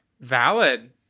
Valid